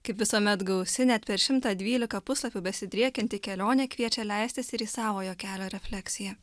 kaip visuomet gausi net per šimtą dvylika puslapių besidriekianti kelionė kviečia leistis ir į savojo kelio refleksiją